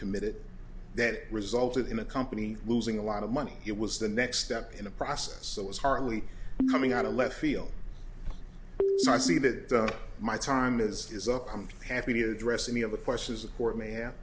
committed that resulted in a company losing a lot of money it was the next step in a process that was hardly coming out of left field so i see that my time is is up i'm happy to address any of the questions the court ma